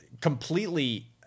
completely